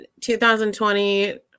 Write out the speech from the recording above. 2020